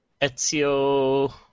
Ezio